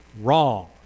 wrong